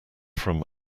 from